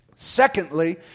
Secondly